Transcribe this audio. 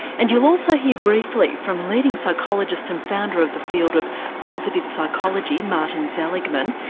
and you'll also hear briefly from leading psychologist and founder of the field of positive psychology, martin seligman,